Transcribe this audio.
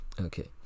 Okay